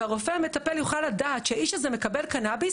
והרופא המטפל יוכל לדעת שהאיש הזה מקבל קנביס